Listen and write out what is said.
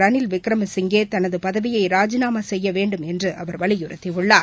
ரணில்விக்கிரமசிங்கேதனதுபதவியைராஜினாமாசெய்யவேண்டும் என்றுஅவர் வலியுறுத்திஉள்ளார்